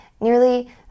Nearly